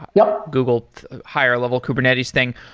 yeah google higher level kubernetes thing.